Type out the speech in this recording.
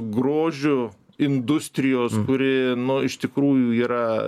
grožiu industrijos kuri iš tikrųjų yra